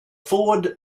forward